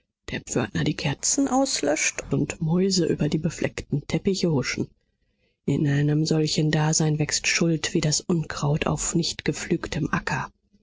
der pförtner die kerzen auslöscht und mäuse über die befleckten teppiche huschen in einem solchen dasein wächst schuld wie das unkraut auf nichtgepflügtem acker